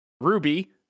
Ruby